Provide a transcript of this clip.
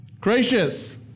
Gracious